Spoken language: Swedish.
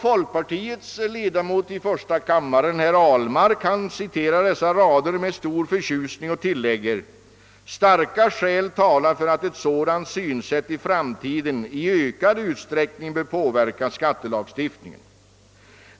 Folkpartiledamoten Ahlmark i första kammaren citerar dessa rader med stor förtjusning och tillägger: »Starka skäl talar för att ett sådant synsätt i framtiden i ökad utsträckning bör påverka skattelagstiftningen.